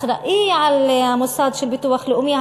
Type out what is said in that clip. האחראי למוסד לביטוח לאומי.